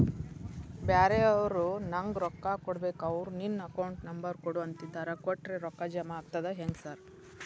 ಬ್ಯಾರೆವರು ನಂಗ್ ರೊಕ್ಕಾ ಕೊಡ್ಬೇಕು ಅವ್ರು ನಿನ್ ಅಕೌಂಟ್ ನಂಬರ್ ಕೊಡು ಅಂತಿದ್ದಾರ ಕೊಟ್ರೆ ರೊಕ್ಕ ಜಮಾ ಆಗ್ತದಾ ಹೆಂಗ್ ಸಾರ್?